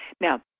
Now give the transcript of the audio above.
Now